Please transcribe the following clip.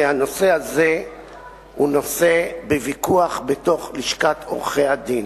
שהנושא הזה הוא נושא בוויכוח בתוך לשכת עורכי-הדין,